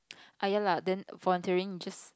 ah ya lah then volunteering just